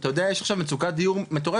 אתה יודע יש עכשיו מצוקת דיור מטורפת,